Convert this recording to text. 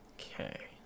Okay